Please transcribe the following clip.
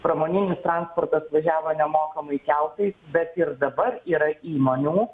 pramoniniu transportu atvažiavo nemokamai keltais bet ir dabar yra įmonių